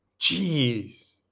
Jeez